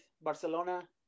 Barcelona